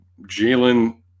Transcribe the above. Jalen